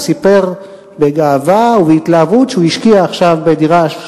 הוא סיפר בגאווה ובהתלהבות שהוא השקיע עכשיו בדירה,